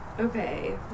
Okay